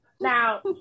Now